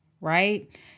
right